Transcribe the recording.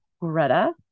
Greta